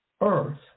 earth